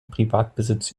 privatbesitz